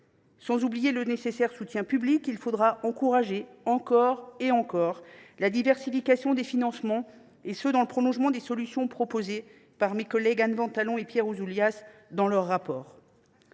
Sans oublier le nécessaire soutien public, il faut encourager, encore et encore, la diversification des financements, dans le prolongement des solutions proposées par mes collègues Anne Ventalon et Pierre Ouzoulias dans leur rapport